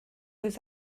oes